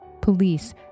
Police